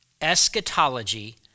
Eschatology